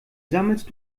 sammelst